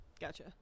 Gotcha